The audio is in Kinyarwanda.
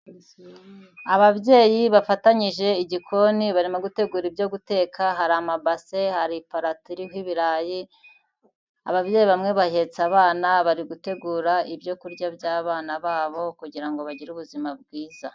Ababyeyi bafatanyije igikoni barimo gutegura ibyo guteka, hari amabase, hari iparato iriho ibirayi, ababyeyi bamwe bahetse abana bari gutegura ibyo kurya by'abana babo kugira ngo bagire ubuzima bwiza.